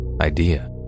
idea